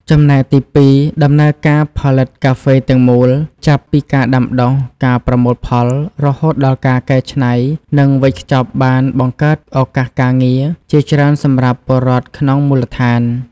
ចំណែកទីពីរ ដំណើរការផលិតកាហ្វេទាំងមូល ចាប់ពីការដាំដុះ ការប្រមូលផល រហូតដល់ការកែច្នៃ និងវេចខ្ចប់ បាន បង្កើតឱកាសការងារ ជាច្រើនសម្រាប់ពលរដ្ឋក្នុងមូលដ្ឋាន។